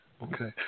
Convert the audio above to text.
Okay